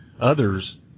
others